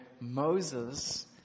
Moses